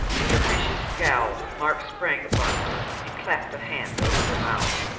with a vicious scowl mark sprang upon her, and clapped a hand over her mouth.